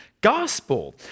gospel